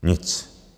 Nic.